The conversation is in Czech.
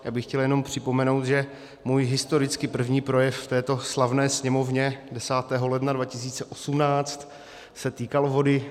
Já bych chtěl jenom připomenout, že můj historicky první projev v této slavné Sněmovně 10. ledna 2018 se týkal vody.